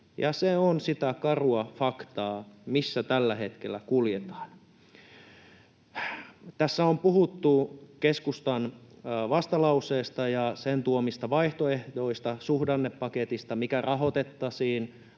Se on sitä karua faktaa, missä tällä hetkellä kuljetaan. Tässä on puhuttu keskustan vastalauseesta ja sen tuomista vaihtoehdoista, suhdannepaketista, mikä rahoitettaisiin